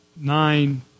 nine